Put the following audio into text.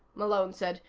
malone said.